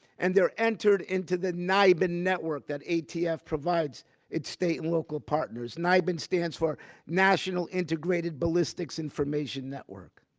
and they're entered into the nibin network that atf provides its state and local partners. nibin stands for national integrated ballistics information network.